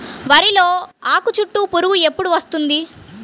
వరిలో ఆకుచుట్టు పురుగు ఎప్పుడు వస్తుంది?